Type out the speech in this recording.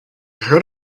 heard